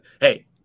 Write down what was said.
Hey